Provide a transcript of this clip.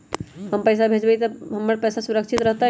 हम पैसा भेजबई तो हमर पैसा सुरक्षित रहतई?